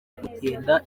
kugenda